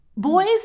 boys